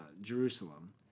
Jerusalem